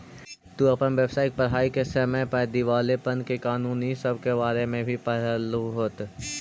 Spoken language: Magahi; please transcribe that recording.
तू अपन व्यावसायिक पढ़ाई के समय पर दिवालेपन के कानून इ सब के बारे में भी पढ़लहू होत